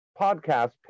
podcast